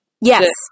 yes